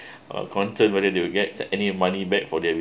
uh concern whether they will get any money back for them